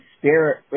spirit